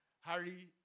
Harry